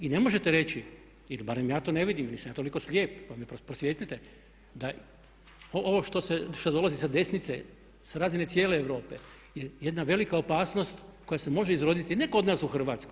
I ne možete reći ili barem ja to ne vidim, nisam ja toliko slijep, pa me prosvijetlite da ovo što dolazi sa desnice, sa razine cijele Europe je jedna velika opasnost koja se može izroditi ne kod nas u Hrvatskoj.